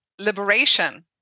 liberation